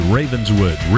Ravenswood